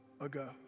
ago